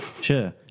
Sure